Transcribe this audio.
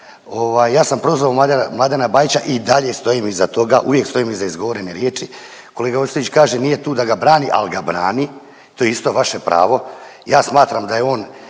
Ja sam prozvao Mladena Bajića i dalje stojim iza toga, uvijek stojim iza izgovorenih riječi. Kolega Ostojić kaže nije tu da ga brani ali ga brani. To je isto vaše pravo. Ja smatram da je on